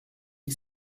que